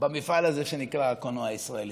במפעל הזה שנקרא הקולנוע הישראלי?